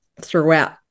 throughout